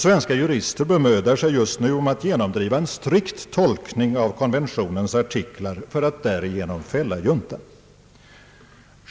Svenska jurister bemödar sig just nu om att genomdriva en strikt tolkning av konventionens artiklar för att därigenom fälla juntan.